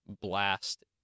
blast